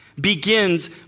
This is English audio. begins